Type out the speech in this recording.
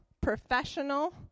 professional